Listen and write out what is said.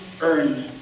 earn